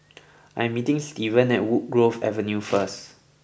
I am meeting Stevan at Woodgrove Avenue first